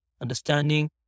understanding